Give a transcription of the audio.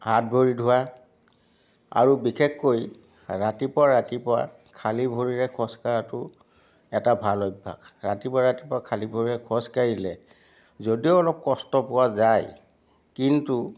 হাত ভৰি ধোৱা আৰু বিশেষকৈ ৰাতিপুৱা ৰাতিপুৱা খালী ভৰিৰে খোজকঢ়াটো এটা ভাল অভ্যাস ৰাতিপুৱা ৰাতিপুৱা খালী ভৰিৰে খোজ কাঢ়িলে যদিও অলপ কষ্ট পোৱা যায় কিন্তু